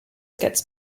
gets